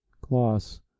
Gloss